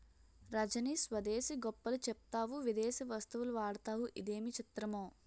రజనీ స్వదేశీ గొప్పలు చెప్తావు విదేశీ వస్తువులు వాడతావు ఇదేమి చిత్రమో